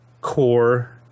core